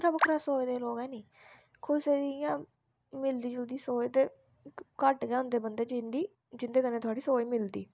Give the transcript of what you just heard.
बक्खरा बक्खरा सोचदे लोक है नी कुसै दी इयां मिलदी जुलदी सोच आह्ले घट्ट गै होंदे बंदे जिंदे कन्नै थुआढ़ी सोच मिलदी ऐ